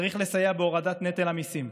צריך לסייע בהורדת נטל המיסים,